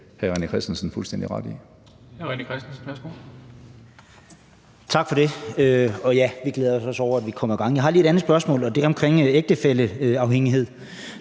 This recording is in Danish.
René Christensen (DF): Tak for det. Ja, vi glæder os også over, at vi er kommet i gang. Jeg har lige et andet spørgsmål, og det er om ægtefælleafhængighed.